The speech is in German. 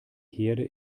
herde